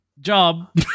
job